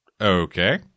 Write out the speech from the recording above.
okay